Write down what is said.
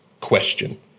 question